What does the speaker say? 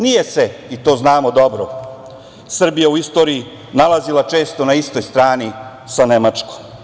Nije se, i to dobro znamo, Srbija u istoriji nalazila često na istoj strani, sa Nemačkom.